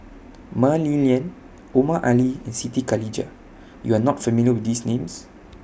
Mah Li Lian Omar Ali and Siti Khalijah YOU Are not familiar with These Names